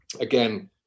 Again